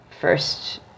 first